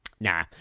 Nah